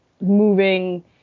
moving